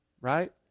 Right